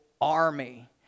army